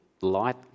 light